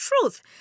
truth